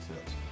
tips